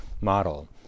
model